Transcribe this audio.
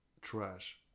Trash